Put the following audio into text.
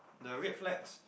the red flags